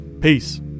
Peace